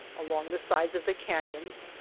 along the sides of the canyons,